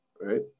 Right